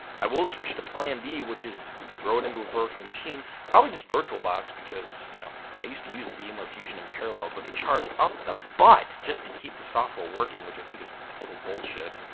i will switch to plan b which is throw it into a virtual machine. probably just virtualbox because you know i used to use vmware fusion and parallels but they charge up the butt just to keep the software working. which i think is total bullshit.